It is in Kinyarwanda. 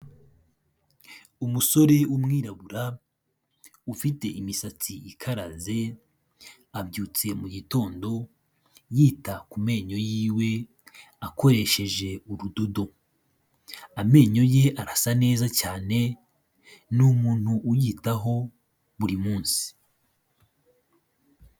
Umusore w'umwirabura ufite imisatsi ikaraze abyutse mu gitondo yita ku menyo yiwe akoresheje urudodo amenyo ye arasa neza cyane ni umuntu uyitaho buri munsi.